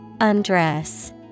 undress